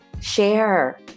share